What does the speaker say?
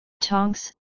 Tonks